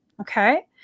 Okay